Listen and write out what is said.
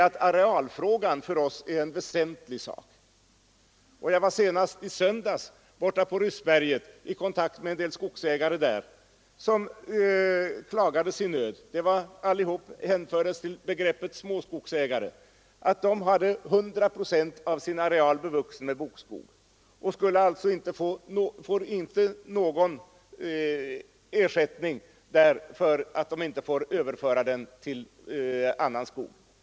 Arealfrågan är nämligen en väsentlig fråga för oss. Jag var senast i söndags i kontakt med en del skogsägare på Ryssberget som klagade sin nöd. Allesamman kunde hänföras till begreppet småskogsägare. De har 100 procent av sin areal bevuxen med bokskog och får alltså inte någon ersättning därför att de inte får omföra den till annan skog.